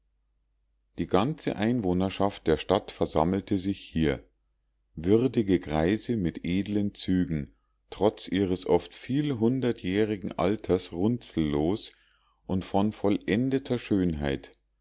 die ganze einwohnerschaft der stadt versammelte sich hier würdige greise mit edlen zügen trotz ihres oft vielhundertjährigen alters runzellos und von vollendeter schönheit